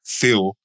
feel